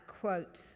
quote